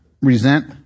resent